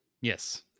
yes